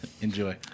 Enjoy